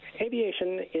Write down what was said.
aviation